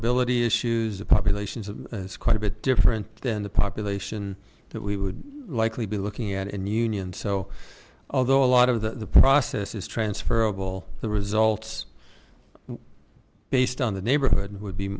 affordability issues the populations quite a bit different than the population that we would likely be looking at and union so although a lot of the the process is transferable the results based on the neighborhood would be